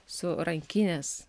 su rankinės